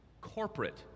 Corporate